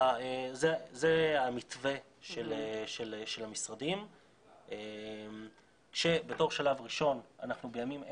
זה המתווה של המשרדים כשבתור שלב ראשון אנחנו בימים אלו,